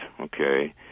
okay